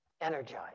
energized